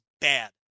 bad